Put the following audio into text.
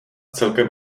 celkem